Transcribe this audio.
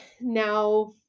now